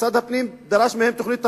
משרד הפנים דרש מהם תוכנית הבראה.